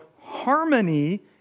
harmony